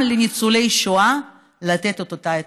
לתת גם לניצולי שואה את אותה התייחסות?